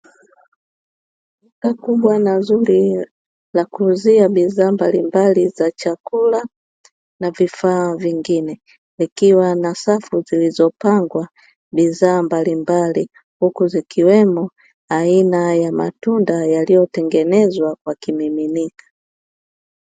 Duka kubwa na zuri la kuuzia bidhaa mbalimbali za chakula na vifaa vingine, likiwa na safu zilizopangwa bidhaa mbalimbali huku zikiwemo aina ya matunda yaliyotengenezwa kwa kumiminika.